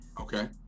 Okay